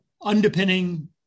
underpinning